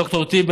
ד"ר טיבי,